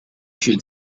should